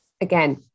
Again